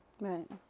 Right